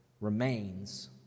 remains